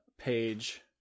page